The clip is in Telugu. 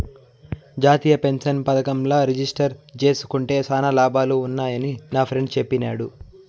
జాతీయ పెన్సన్ పదకంల రిజిస్టర్ జేస్కుంటే శానా లాభాలు వున్నాయని నాఫ్రెండ్ చెప్పిన్నాడు